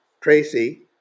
Tracy